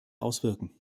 auswirken